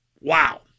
Wow